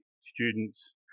students